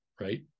right